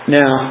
now